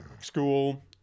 school